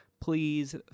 please